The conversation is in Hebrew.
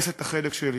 מחפש את החלק שלי.